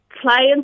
clients